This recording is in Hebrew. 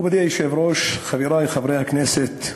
מכובדי היושב-ראש, חברי חברי הכנסת,